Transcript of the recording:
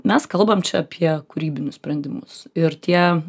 mes kalbam apie kūrybinius sprendimus ir tie